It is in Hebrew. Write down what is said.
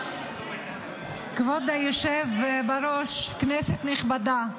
--- כבוד היושב בראש, כנסת נכבדה,